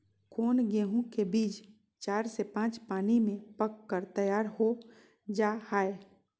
कौन गेंहू के बीज चार से पाँच पानी में पक कर तैयार हो जा हाय?